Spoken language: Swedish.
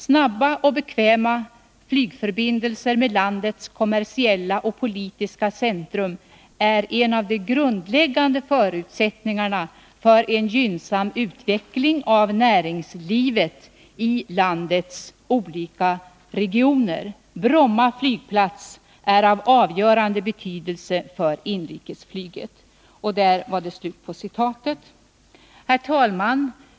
Snabba och bekväma flygförbindelser med landets kommersiella och politiska centrum är en av de grundläggande förutsättningarna för en gynnsam utveckling av näringslivet i landets olika regioner. Bromma flygplats är av avgörande betydelse för inrikesflyget.” Herr talman!